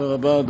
תודה רבה,